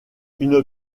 une